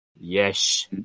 Yes